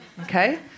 okay